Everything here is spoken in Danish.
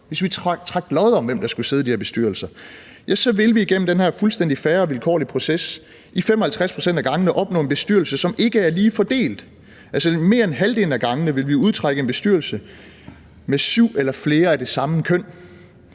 hvis vi altså trak lod om, hvem der skulle sidde i de her bestyrelser, ville vi igennem den her fuldstændig fair og vilkårlige proces i 55 pct. af tilfældene opnå en bestyrelse, som ikke er lige fordelt, for mere end halvdelen af gangene ville vi udtrække en bestyrelse med 7 eller flere af det samme køn.